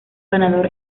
ganador